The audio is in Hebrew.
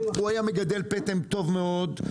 הוא היה מגדל פטם טוב מאוד,